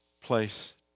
place